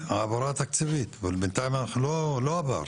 להעברה תקציבית, אבל בינתיים לא עבר.